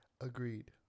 agreed